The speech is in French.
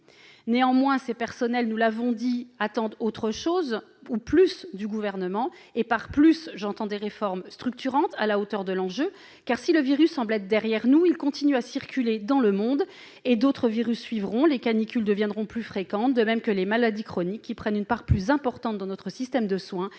Cependant, ces personnels attendent autre chose, et même plus, du Gouvernement. Par le mot « plus », j'entends des réformes structurantes à la hauteur de l'enjeu. En effet, si le virus semble être derrière nous, il continue de circuler dans le monde. Et d'autres virus suivront ! Les canicules deviendront plus fréquentes, de même que les maladies chroniques, qui prennent une part plus importante dans notre système de soins